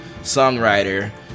songwriter